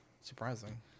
surprising